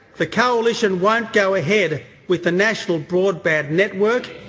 the coalition won't go ahead with the national broadband network,